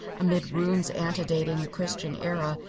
amid ruins antedating the christian era,